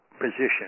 position